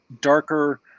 Darker